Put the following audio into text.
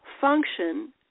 function